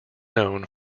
known